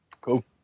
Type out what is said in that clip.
Cool